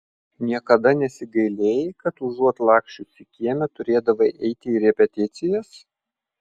niekada nesigailėjai kad užuot laksčiusi kieme turėdavai eiti į repeticijas